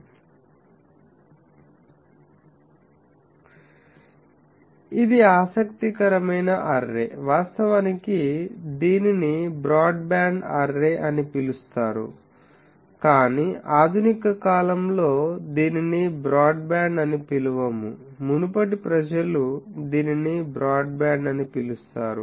ఇది ఆసక్తికరమైన అర్రే వాస్తవానికి దీనిని బ్రాడ్బ్యాండ్ అర్రే అని పిలుస్తారు కానీ ఆధునిక కాలంలో దీనిని బ్రాడ్బ్యాండ్ అని పిలవము మునుపటి ప్రజలు దీనిని బ్రాడ్బ్యాండ్ అని పిలుస్తారు